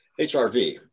HRV